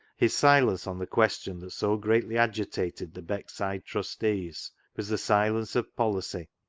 his silence on the question that so greatly agitated the beckside trustees was the silence of policy,